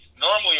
Normally